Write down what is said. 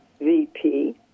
VP